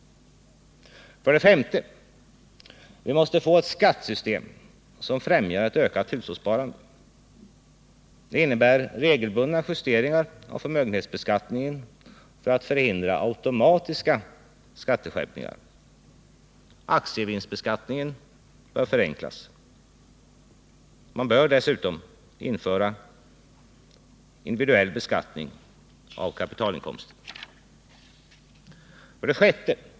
5. Vi måste få ett skattesystem som främjar ett ökat hushållssparande. Det innebär regelbundna justeringar av förmögenhetsbeskattningen för att förhindra automatiska skatteskärpningar. Aktievinstbeskattningen bör förenklas. Man bör dessutom införa individuell beskattning av kapitalinkomster. 6.